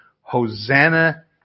Hosanna